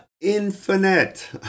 infinite